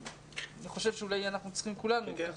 אני חושב שאולי אנחנו צריכים כולנו לחלק